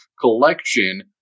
collection